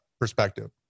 perspective